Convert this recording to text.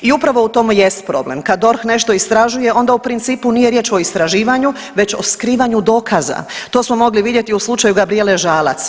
I upravo u tome jest problem kad DORH nešto istražuje onda u principu nije riječ o istraživanju već o skrivanju dokaza, to smo mogli vidjeti u slučaju Gabrijele Žalac.